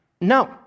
No